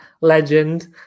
legend